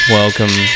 welcome